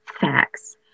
facts